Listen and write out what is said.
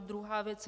Druhá věc.